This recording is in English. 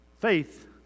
Faith